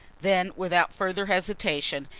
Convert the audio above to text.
then, without further hesitation,